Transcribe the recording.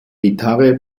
gitarre